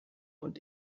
und